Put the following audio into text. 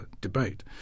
debate